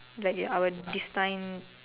like your our this time